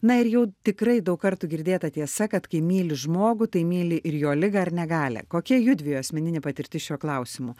na ir jau tikrai daug kartų girdėta tiesa kad kai myli žmogų tai myli ir jo ligą ar negalią kokie judviejų asmeninė patirtis šiuo klausimu